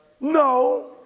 No